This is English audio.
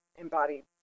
embodied